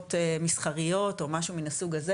חברות מסחריות או משהו מן הסוג הזה,